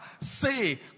say